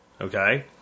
Okay